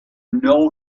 know